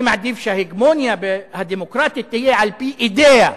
אני מעדיף שההגמוניה הדמוקרטית תהיה על-פי אידיאה,